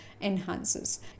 enhances